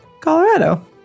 Colorado